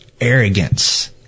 arrogance